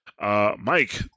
Mike